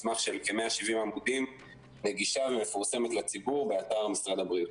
מסמך של כ-170 עמודים נגישה ומפורסמת לציבור באתר משרד הבריאות.